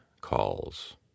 Calls